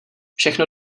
všechno